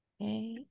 Okay